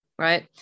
right